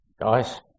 guys